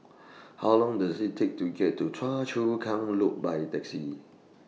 How Long Does IT Take to get to Choa Chu Kang Loop By Taxi